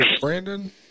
Brandon